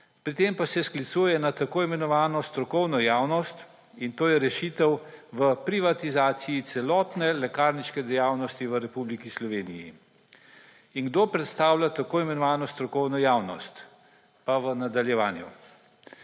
Pri tem pa se sklicuje na tako imenovano strokovno javnost, in to je rešitev v privatizaciji celotne lekarniške dejavnosti v Republiki Sloveniji. Kdo predstavlja tako imenovano strokovno javnost, pa v nadaljevanju.